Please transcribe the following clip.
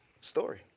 story